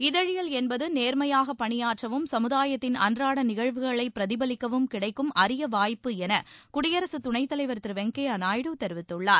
இதழியல் என்பது நேர்மையாக பணியாற்றவும் சமுதாயத்தின் அன்றாட நிகழ்வுகளை பிரதிபலிக்கவும் கிடைக்கும் அரிய வாய்ப்பு என குடியரசு துணைத் தலைவர் திரு வெங்கய்ய நாயுடு தெரிவித்துள்ளார்